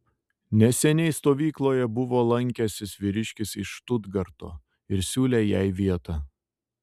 neseniai stovykloje buvo lankęsis vyriškis iš štutgarto ir siūlė jai vietą